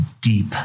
deep